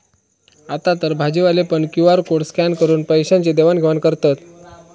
आतातर भाजीवाले पण क्यु.आर कोड स्कॅन करून पैशाची देवाण घेवाण करतत